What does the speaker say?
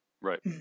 Right